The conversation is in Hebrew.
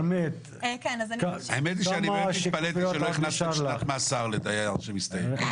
באמת התפלאתי שלא הכנסתם שנת מאסר לדייר מסתייג.